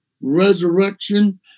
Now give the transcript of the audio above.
resurrection